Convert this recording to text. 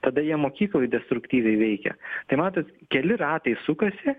tada jie mokykloj destruktyviai veikia tai matot keli ratai sukasi